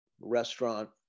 restaurant